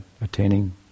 attaining